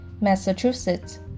Massachusetts